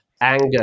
anger